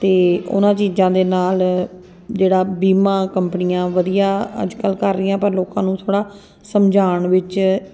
ਅਤੇ ਉਹਨਾਂ ਚੀਜ਼ਾਂ ਦੇ ਨਾਲ ਜਿਹੜਾ ਬੀਮਾ ਕੰਪਨੀਆਂ ਵਧੀਆ ਅੱਜ ਕੱਲ੍ਹ ਕਰ ਰਹੀਆਂ ਪਰ ਲੋਕਾਂ ਨੂੰ ਥੋੜ੍ਹਾ ਸਮਝਾਉਣ ਵਿੱਚ